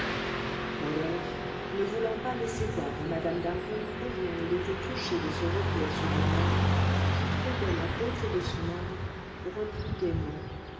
rodolphe ne voulant pas laisser voir à mme d'harville combien il était touché de ce retour sur elle-même qui prouvait la beauté de son âme reprit gaiement